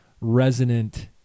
resonant